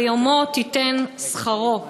ביומו תִתן שכרו".